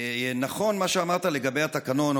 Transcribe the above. נכון מה שאמרת לגבי התקנון,